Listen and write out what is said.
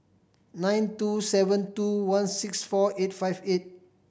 nine two seven two one six four eight five eight